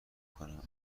کنم